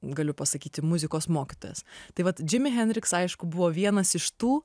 galiu pasakyti muzikos mokytojas tai vat džimi henriks aišku buvo vienas iš tų